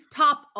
top